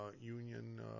union